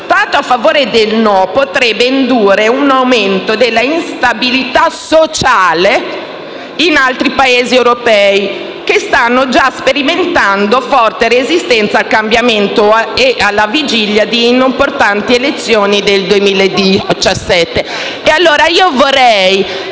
- ciò avrebbe potuto indurre un aumento della instabilità sociale in altri Paesi europei che stanno già sperimentando forte resistenza al cambiamento alla vigilia di importanti elezioni del 2017.